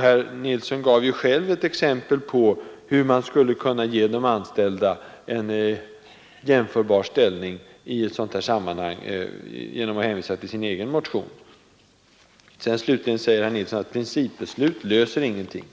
Herr Nilsson gav själv ett exempel på hur man skulle kunna ge de anställda en jämförbar ställning i ett sådant här sammanhang genom att hänvisa till sin egen motion. Slutligen säger herr Nilsson att principbeslut löser inga problem.